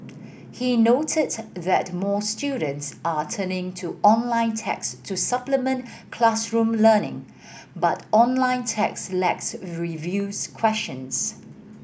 he noted that more students are turning to online text to supplement classroom learning but online text lacks reviews questions